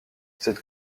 cette